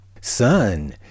Sun